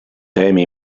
temi